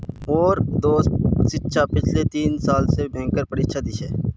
मोर दोस्त दीक्षा पिछले तीन साल स बैंकेर परीक्षा दी छ